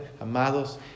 amados